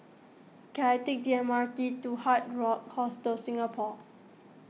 can I take the M R T to Hard Rock Hostel Singapore